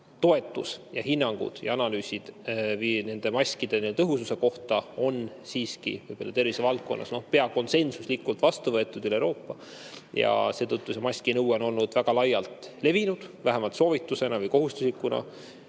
toetus ja hinnangud ja analüüsid maskide tõhususe kohta on siiski tervisevaldkonnas pea konsensuslikult vastu võetud üle Euroopa. Seetõttu see maskinõue on olnud väga laialt levinud vähemalt soovitusena või kohustuslikuna